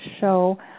show